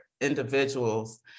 individuals